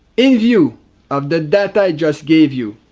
in view of the data i just gave you,